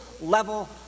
level